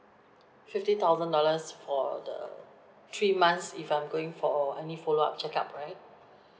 fifty thousand dollars for the three months if I'm going for any follow-up check-up right